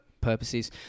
purposes